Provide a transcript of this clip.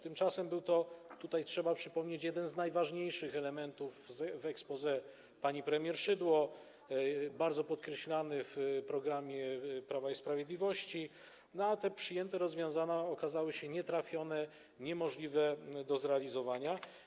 Tymczasem był to, trzeba przypomnieć, jeden z najważniejszych elementów w exposé pani premier Szydło, bardzo podkreślany w programie Prawa i Sprawiedliwości, a przyjęte rozwiązania okazały się nietrafione, niemożliwe do zrealizowania.